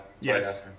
Yes